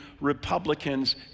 Republicans